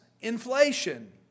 inflation